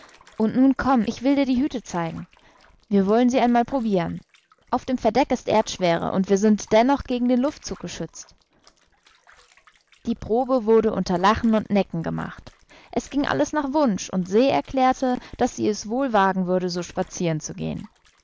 und nun komm ich will dir die hüte zeigen wir wollen sie einmal probieren auf dem verdeck ist erdschwere und wir sind dennoch gegen den luftzug geschützt die probe wurde unter lachen und necken gemacht es ging alles nach wunsch und se erklärte daß sie es wohl wagen würde so spazieren zu gehen